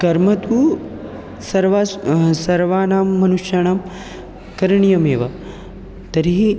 कर्म तु सर्वासां सर्वाणां मनुष्याणां करणीयमेव तर्हि